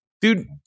dude